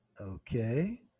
Okay